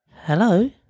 Hello